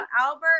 Albert